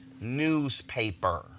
newspaper